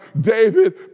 David